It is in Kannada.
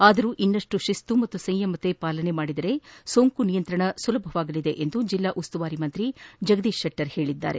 ಆದರೂ ಇನ್ನಷ್ಟು ಶಿಸ್ತು ಮತ್ತು ಸಂಯಮತೆಯನ್ನು ಪಾಲನೆ ಮಾಡಿದರೆ ಸೋಂಕು ನಿಯಂತ್ರಣ ಸಾಧ್ಯವಾಗಲಿದೆ ಎಂದು ಜಿಲ್ಲಾ ಉಸ್ತುವಾರಿ ಸಚಿವ ಜಗದೀಶ್ ಶೆಟ್ಟರ್ ಹೇಳಿದ್ದಾರೆ